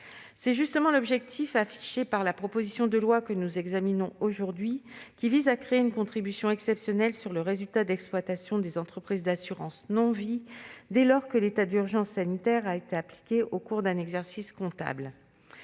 Tel est l'objectif affiché par les auteurs de cette proposition de loi, qui vise à créer une contribution exceptionnelle sur le résultat d'exploitation des entreprises d'assurance non-vie, dès lors que l'état d'urgence sanitaire a été appliqué au cours d'un exercice comptable.